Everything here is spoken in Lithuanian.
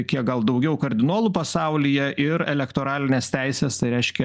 kiek gal daugiau kardinolų pasaulyje ir elektoralinės teisės tai reiškia